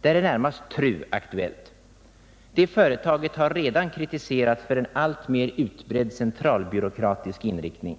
Där är närmast TRU aktuellt. Det företaget har redan kritiserats för en alltmer utbredd centralbyråkratisk inriktning.